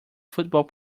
football